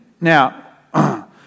now